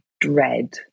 dread